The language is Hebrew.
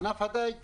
ענף הדייג המקומי,